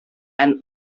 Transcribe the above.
and